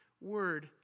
word